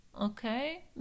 Okay